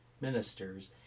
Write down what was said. ministers